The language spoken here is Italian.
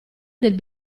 del